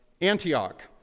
Antioch